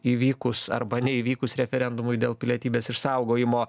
įvykus arba neįvykus referendumui dėl pilietybės išsaugojimo